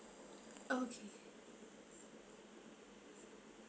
okay